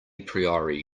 priori